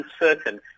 uncertain